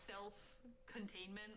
self-containment